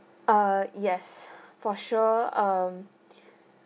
err yes for sure um